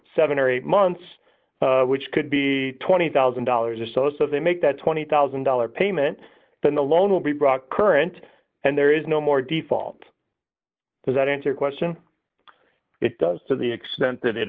seven or eight months which could be twenty thousand dollars or so so they make that twenty thousand dollars payment then the loan will be brought current and there is no more default to that answer question it does to the extent